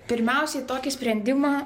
pirmiausiai tokį sprendimą